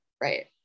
Right